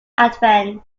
advent